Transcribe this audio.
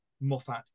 Moffat